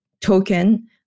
token